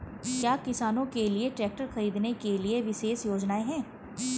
क्या किसानों के लिए ट्रैक्टर खरीदने के लिए विशेष योजनाएं हैं?